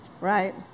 right